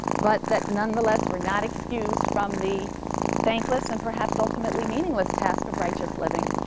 but that nonetheless we're not excused from the thankless and perhaps ultimately meaningless task of righteous living.